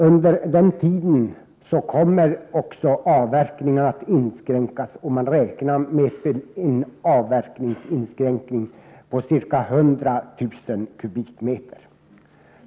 Under denna tid kommer också avverkningarna att inskränkas. Man räknar med en inskränkning av avverkningen på ca 100 000 m?.